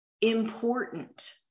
important